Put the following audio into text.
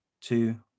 two